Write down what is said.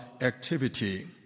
activity